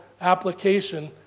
application